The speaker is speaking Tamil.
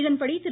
இதன்படி திரு